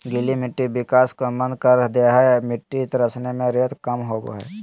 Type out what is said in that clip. गीली मिट्टी विकास को मंद कर दे हइ मिटटी तरसने में रेत कम होबो हइ